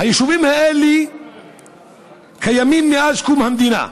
היישובים האלה קיימים מאז קום המדינה,